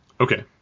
Okay